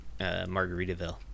Margaritaville